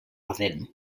ardent